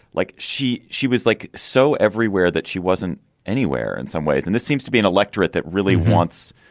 like she she was like so everywhere that she wasn't anywhere in some ways. and this seems to be an electorate that really wants.